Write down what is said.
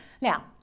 Now